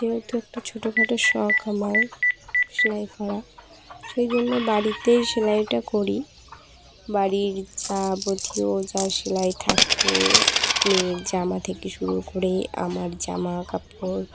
যেহেতু একটা ছোটো খাটো শখ আমার সেলাই করা সেই জন্য বাড়িতেই সেলাইটা করি বাড়ির যা যা সেলাই থাকে মেয়ের জামা থেকে শুরু করে আমার জামা কাপড়